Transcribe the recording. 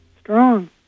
Strong